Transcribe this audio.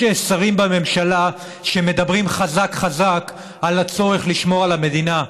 יש שרים בממשלה שמדברים חזק חזק על הצורך לשמור על המדינה.